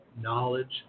knowledge